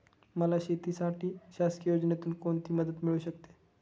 मला शेतीसाठी शासकीय योजनेतून कोणतीमदत मिळू शकते?